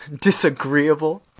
disagreeable